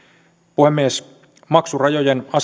puhemies maksurajojen